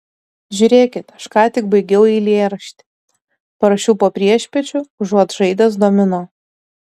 žiūrėkit aš ką tik baigiau eilėraštį parašiau po priešpiečių užuot žaidęs domino